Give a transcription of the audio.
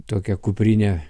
tokią kuprinę